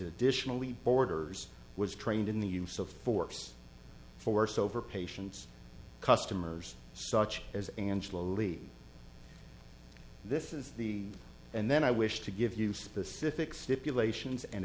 additionally border's was trained in the use of force force over patients customers such as angela leave this is the and then i wish to give you specific stipulations and